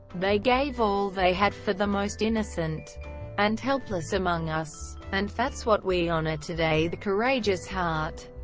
they gave all they had for the most innocent and helpless among us. and that's what we honor today the courageous heart,